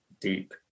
deep